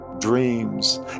Dreams